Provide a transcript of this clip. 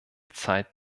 zeit